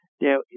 Now